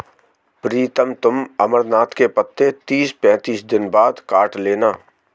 प्रीतम तुम अमरनाथ के पत्ते तीस पैंतीस दिन के बाद काट लेना